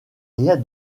rien